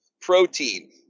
protein